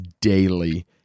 daily